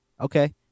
Okay